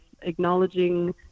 acknowledging